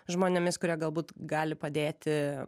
žmonėmis kurie galbūt gali padėti